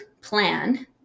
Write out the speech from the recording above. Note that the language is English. plan